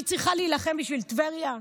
אני צריכה להילחם בשביל טבריה?